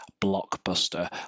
blockbuster